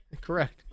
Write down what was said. correct